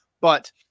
But-